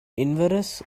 inverness